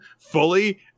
fully